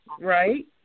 right